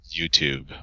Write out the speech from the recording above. YouTube